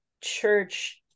church